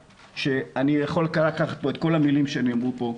שאני יכול לקחת את כל המילים שנאמרו פה,